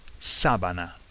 sabana